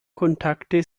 kontakte